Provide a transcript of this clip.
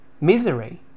misery